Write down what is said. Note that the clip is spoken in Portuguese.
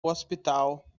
hospital